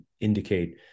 indicate